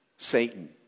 Satan